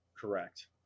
correct